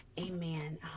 Amen